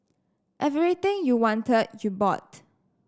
everything you wanted you bought